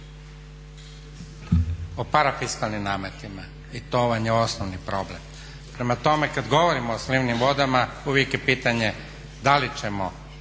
o parafiskalnim nametima. I to vam je osnovni problem. Prema tome, kad govorimo o slivnim vodama uvijek je pitanje da li ćemo